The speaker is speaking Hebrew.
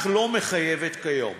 אך לא מחייבת כיום.